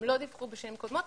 הם לא דיווחו בשנים קודמות.